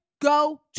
Go